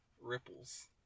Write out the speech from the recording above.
ripples